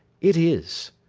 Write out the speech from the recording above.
it is.